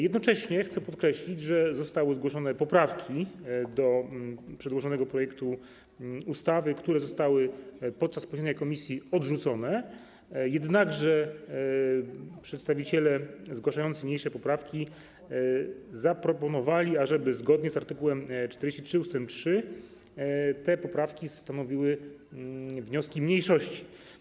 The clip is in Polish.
Jednocześnie chcę podkreślić, że zostały zgłoszone poprawki do przedłożonego projektu ustawy, które zostały podczas posiedzenia komisji odrzucone, jednakże przedstawiciele zgłaszający niniejsze poprawki zaproponowali, ażeby zgodnie z art. 43 ust. 3 te poprawki stanowiły wnioski mniejszości.